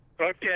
Okay